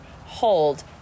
hold